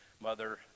mother